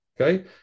Okay